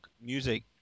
music